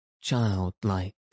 childlike